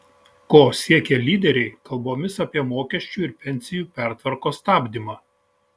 ko siekia lyderiai kalbomis apie mokesčių ir pensijų pertvarkos stabdymą